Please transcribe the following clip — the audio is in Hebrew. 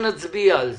שנצביע על זה.